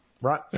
Right